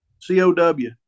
C-O-W